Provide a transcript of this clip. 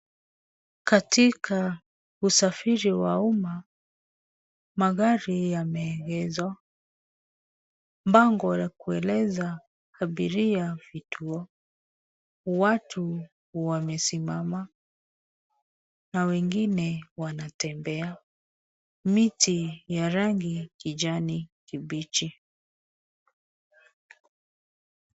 In public transport cars are parked. A sign that shows the passengers the routes. People are standing, others are walking. Trees that are green in color.